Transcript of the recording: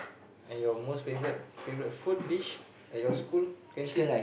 and your most favourite favourite food dish at your school canteen